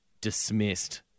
dismissed